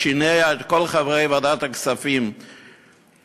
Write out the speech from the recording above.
שינע את כל חברי ועדת הכספים למקום,